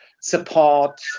support